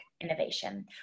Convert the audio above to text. Innovation